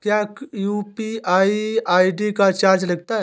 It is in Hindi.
क्या यू.पी.आई आई.डी का चार्ज लगता है?